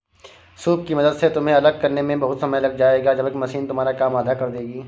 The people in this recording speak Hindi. सूप की मदद से तुम्हें अलग करने में बहुत समय लग जाएगा जबकि मशीन तुम्हारा काम आधा कर देगी